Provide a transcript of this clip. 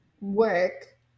work